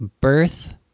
birth